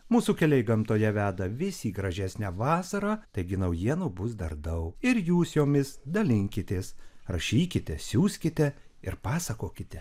mūsų keliai gamtoje veda vis į gražesnę vasarą taigi naujienų bus dar daug ir jūs jomis dalinkitės rašykite siųskite ir pasakokite